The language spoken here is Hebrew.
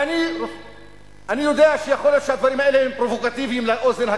ואני יודע שיכול להיות שהדברים האלה הם פרובוקטיביים לאוזן,